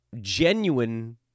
genuine